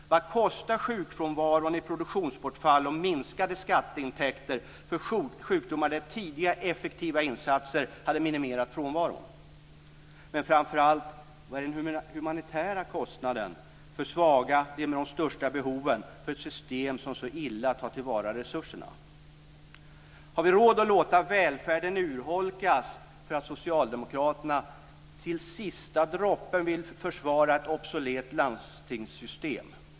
Vad kostar sjukfrånvaron i produktionsbortfall och minskade skatteintäkter i de fall då tidiga effektiva insatser hade kunnat minimera frånvaron? Men framför allt undrar jag vad den humanitära kostnaden är för svaga, de med de största behoven, i ett system som så illa tar till vara resurserna. Har vi råd att låta välfärden urholkas för att socialdemokraterna till sista droppen vill försvara ett obsolet landstingssystem?